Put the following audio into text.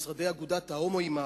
משרדי אגודת ההומואים,